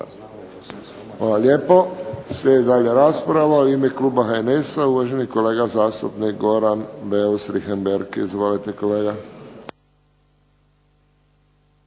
lijepo. Slijedi dalje rasprava. U ime kluba HNS-a uvaženi kolega zastupnik Goran Beus Richembergh. Izvolite kolega.